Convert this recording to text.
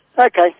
Okay